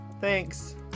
Thanks